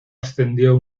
ascendió